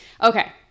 Okay